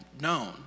known